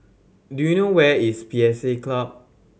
do you know where is P S A Club